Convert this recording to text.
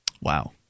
Wow